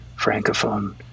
Francophone